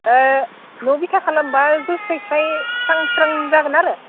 न' बिथा खालामब्ला जौस्रायस्राय स्रां स्रां जागोन आरो